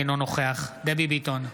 אינו נוכח דבי ביטון,